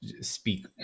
speak